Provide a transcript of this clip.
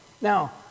Now